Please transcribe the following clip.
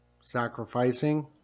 sacrificing